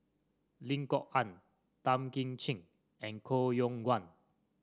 Lim Kok Ann Tan Kim Ching and Koh Yong Guan